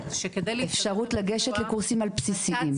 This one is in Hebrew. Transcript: אפשרות לגשת לקורסים על בסיסיים.